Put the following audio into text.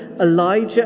Elijah